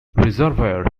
reservoir